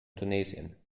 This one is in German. tunesien